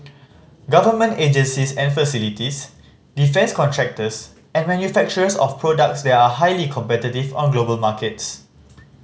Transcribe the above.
government agencies and facilities defence contractors and manufacturers of products that are highly competitive on global markets